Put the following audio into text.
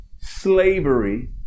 Slavery